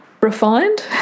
refined